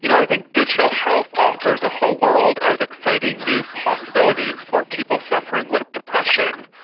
you know i think digital health offers a whole world of exciting new possibilities for people suffering with depression.